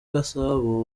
gasabo